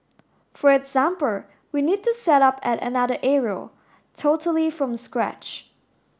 for example we need to set up at another area totally from scratch